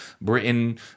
Britain